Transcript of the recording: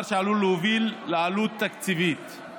חברת הכנסת שטרית, חברת הכנסת שטרית, תודה.